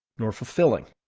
nor fulfilling.